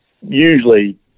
usually